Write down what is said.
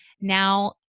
Now